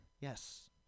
Yes